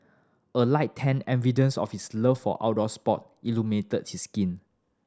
a light tan evidence of his love for outdoor sport illuminated his skin